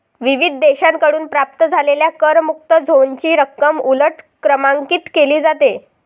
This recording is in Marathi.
विविध देशांकडून प्राप्त झालेल्या करमुक्त झोनची रक्कम उलट क्रमांकित केली जाते